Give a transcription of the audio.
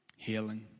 Healing